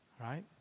right